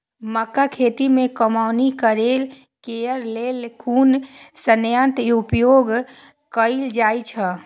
मक्का खेत में कमौनी करेय केय लेल कुन संयंत्र उपयोग कैल जाए छल?